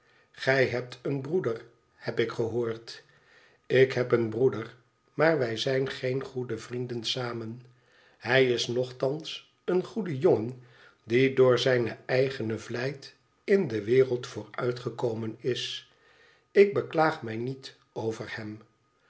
gij hebt een broeder heb ik gehoord ik heb een broeder maar wij zijn geen goede vrienden samen hij is nogthans een goede jongen die door zijne eigene vlijt in de wereld vooruitgekomen is ik beklaag mij niet over hem